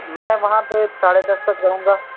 میں وہاں پہ ساڑھے دس تک رہوں گا